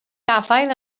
gafael